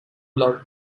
love